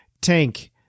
Tank